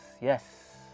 Yes